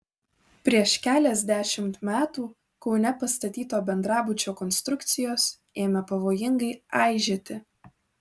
prieš keliasdešimt metų kaune pastatyto bendrabučio konstrukcijos ėmė pavojingai aižėti